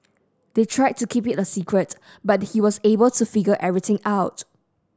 they tried to keep it a secret but he was able to figure everything out